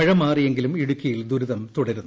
മഴമാറിയെങ്കിലും ഇടുക്കിയിൽ ദുരിതം തുടരുന്നു